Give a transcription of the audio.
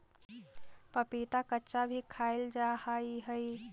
पपीता कच्चा भी खाईल जा हाई हई